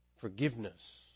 forgiveness